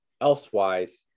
elsewise